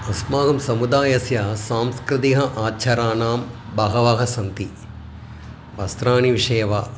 अस्माकं समुदायस्य सांस्कृतिक आचाराणि बहवः सन्ति वस्त्राणि विषये वा